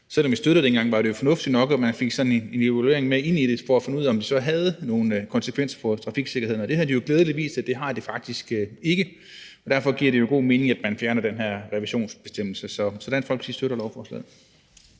Selv om vi støttede det dengang, var det jo fornuftigt nok, at man fik en evaluering med ind i det for at finde ud af, om det så havde nogen konsekvenser for trafiksikkerheden. Det har jo glædeligvis vist sig, at det har det faktisk ikke, og derfor giver det god mening, at man fjerner den her revisionsbestemmelse. Så Dansk Folkeparti støtter lovforslaget.